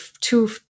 two